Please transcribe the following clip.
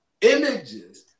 images